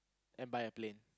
and buy a plane